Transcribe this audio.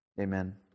Amen